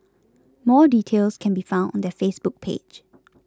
more details can be found on their Facebook page